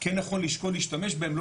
כן נכון לשקול להשתמש בהם לא